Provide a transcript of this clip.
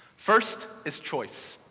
first is choice.